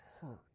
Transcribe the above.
hurt